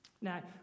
Now